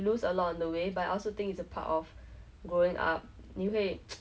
it's something that I cannot help and I guess it's me so I should be accepting myself but it's like